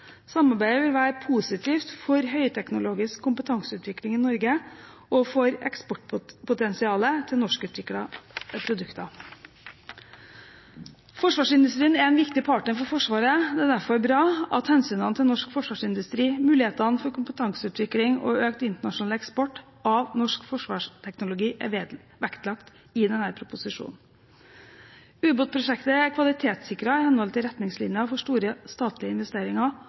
Samarbeidet vil være positivt for høyteknologisk kompetanseutvikling i Norge og for eksportpotensialet til norskutviklede produkter. Forsvarsindustrien er en viktig partner for Forsvaret. Det er derfor bra at hensynene til norsk forsvarsindustri, mulighetene for kompetanseutvikling og økt internasjonal eksport av norsk forsvarsteknologi er vektlagt i denne proposisjonen. Ubåtprosjektet er kvalitetssikret i henhold til retningslinjer for store statlige investeringer,